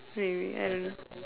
maybe I don't know